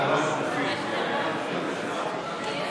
ראש הממשלה, השרים,